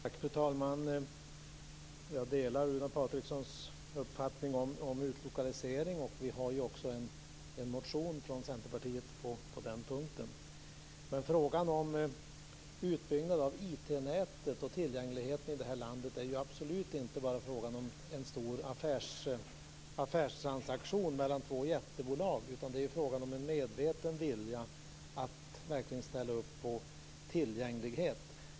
Fru talman! Jag delar Runar Patrikssons uppfattning om utlokaliseringen. Vi har ju också en motion från Centerpartiet på den punkten. Men frågan om utbyggnaden av IT-nätet och tillgängligheten i det här landet är ju absolut inte bara en fråga om en stor affärstransaktion mellan två jättebolag. Det är fråga om en medveten vilja att verkligen ställa upp på tillgänglighet.